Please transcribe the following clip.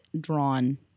drawn